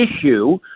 issue